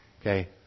Okay